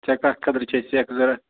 ژےٚ کَتھ خٲطرٕ چھےٚ سٮ۪کھ ضروٗرت